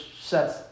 sets